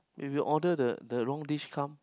if you order the the wrong dish come